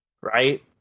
Right